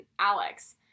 alex